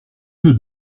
jeu